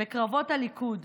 בקרבות הליכוד.